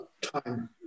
time